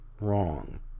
wrong